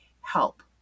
help